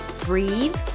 breathe